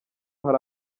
hari